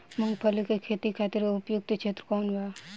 मूँगफली के खेती खातिर उपयुक्त क्षेत्र कौन वा?